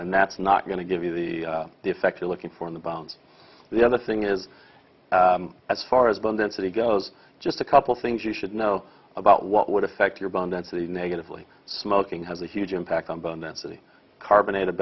and that's not going to give you the the effect you're looking for in the bones the other thing is as far as bone density goes just a couple things you should know about what would affect your bone density negatively smoking has a huge impact on bone density carbonated